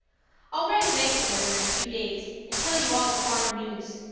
i'll write a nicer letter in a few days and tell you all the farm news.